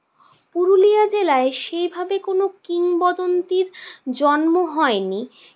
পুরুলিয়া জেলায় সেইভাবে কোনো কিংবদন্তির জন্ম হয় নি